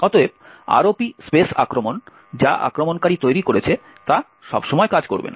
অতএব ROP space আক্রমণ যা আক্রমণকারী তৈরি করেছে তা সব সময় কাজ করবে না